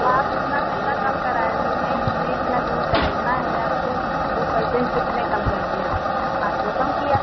तो आप इतना पैसा कम करा रही हैं इसमें इतना दूर टहलना है आपको तो पैसे हम कितने कम कर दें आपको पाँच सौ कम किया